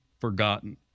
forgotten